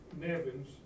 Nevins